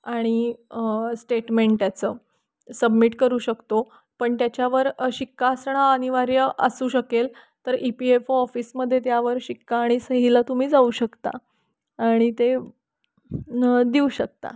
आणि स्टेटमेंट त्याचं सबमिट करू शकतो पण त्याच्यावर शिक्का असणं अनिवार्य असू शकेल तर ई पी एफ ओ ऑफिसमध्ये त्यावर शिक्का आणि सहीला तुम्ही जाऊ शकता आणि ते देऊ शकता